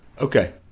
Okay